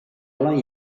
alan